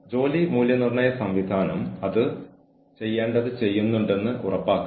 പ്രകടന മൂല്യനിർണ്ണയ മാനദണ്ഡങ്ങളുടെ ന്യായമായ മാനദണ്ഡങ്ങൾ ഉണ്ടാക്കണം